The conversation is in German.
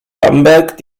bamberg